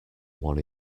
one